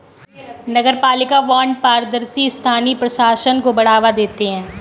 नगरपालिका बॉन्ड पारदर्शी स्थानीय प्रशासन को बढ़ावा देते हैं